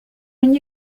when